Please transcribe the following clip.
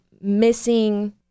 missing